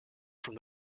from